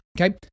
Okay